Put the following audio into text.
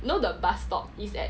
you know the bus stop is at